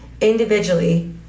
individually